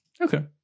Okay